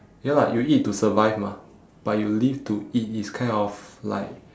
ya lah you eat to survive mah but you live to eat is kind of like